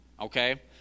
Okay